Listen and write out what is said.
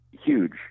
huge